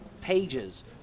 pages